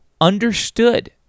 understood